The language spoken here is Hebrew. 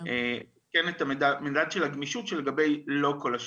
כן את המדד של הגמישות של לגבי לא כל השנה.